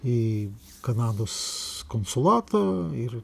į kanados konsulatą ir